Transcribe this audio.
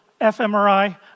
fMRI